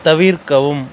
persistent-noise-send